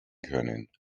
können